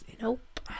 Nope